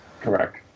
Correct